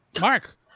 Mark